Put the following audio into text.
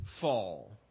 fall